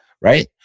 Right